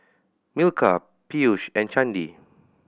Milkha Peyush and Chandi